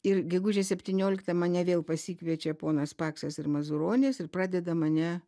ir gegužės septynioliktą mane vėl pasikviečiau ponas paksas ir mazuronis ir pradeda mane